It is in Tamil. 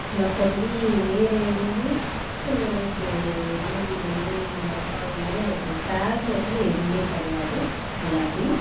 மற்றபடி வேற எதுவும் எனக்கு மூவிலையோ இல்லை சாங்லையோ எனக்கு ஃபேவரட்னு எதுவுமே கிடையாது எல்லாத்தையும்